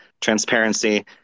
transparency